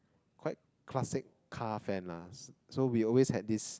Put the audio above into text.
quite classic car fan lah so we always had this